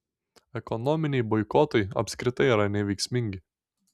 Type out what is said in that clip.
ekonominiai boikotai apskritai yra neveiksmingi